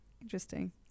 interesting